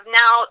now